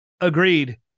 Agreed